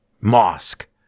...mosque